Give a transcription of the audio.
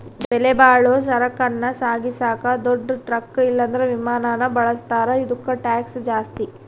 ಬೆಲೆಬಾಳೋ ಸರಕನ್ನ ಸಾಗಿಸಾಕ ದೊಡ್ ಟ್ರಕ್ ಇಲ್ಲಂದ್ರ ವಿಮಾನಾನ ಬಳುಸ್ತಾರ, ಇದುಕ್ಕ ಟ್ಯಾಕ್ಷ್ ಜಾಸ್ತಿ